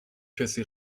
کسی